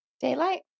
Daylight